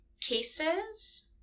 cases